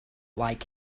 like